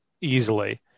easily